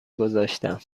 گذاشتم